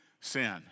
sin